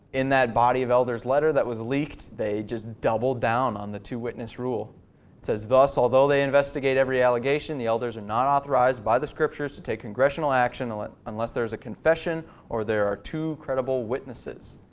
in that body of elders letter that was leaked. they just doubled down on the two witness rule. it says, thus although they investigate every allegation, the elders are not authorized by the scriptures to take congregational action unless there is a confession or there are two credible witnesses.